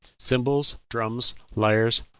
cymbals, drums, lyres,